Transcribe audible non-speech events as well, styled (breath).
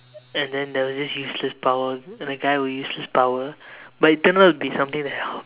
and then there was this useless power and a guy with useless power but it turned out to be something that (breath)